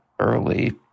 early